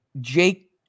jake